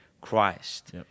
Christ